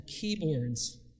keyboards